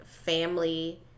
family